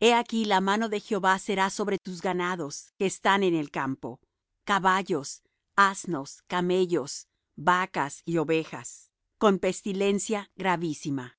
he aquí la mano de jehová será sobre tus ganados que están en el campo caballos asnos camellos vacas y ovejas con pestilencia gravísima